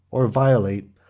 or violate,